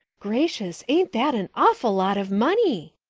gracious, ain't that an awful lot of money,